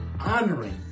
honoring